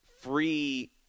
free